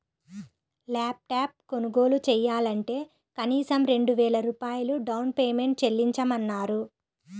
lap top కొనుగోలు చెయ్యాలంటే కనీసం రెండు వేల రూపాయలు డౌన్ పేమెంట్ చెల్లించమన్నారు